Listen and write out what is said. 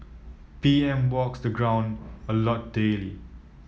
P M walks the ground a lot daily